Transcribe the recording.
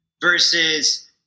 versus